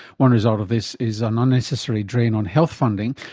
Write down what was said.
one result of this is an unnecessary drain on health funding,